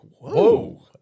whoa